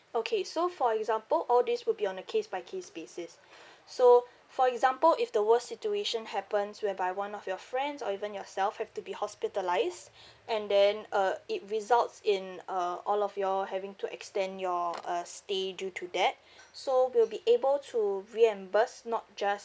okay so for example all these will be on a case by case basis so for example if the worst situation happens whereby one of your friends or even yourself have to be hospitalised and then uh it results in uh all of you all having to extend your uh stay due to that so we'll be able to reimburse not just